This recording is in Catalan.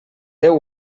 déu